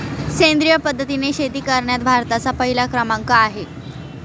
सेंद्रिय पद्धतीने शेती करण्यात भारताचा पहिला क्रमांक आहे